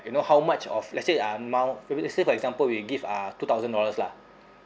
you know how much of let's say uh amount maybe let's say for example we give uh two thousand dollars lah